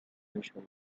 usual